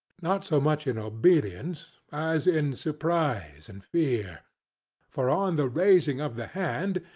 not so much in obedience, as in surprise and fear for on the raising of the hand,